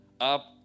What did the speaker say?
up